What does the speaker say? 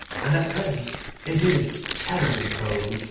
and at present it is terribly cold